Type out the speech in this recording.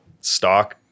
stock